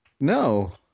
No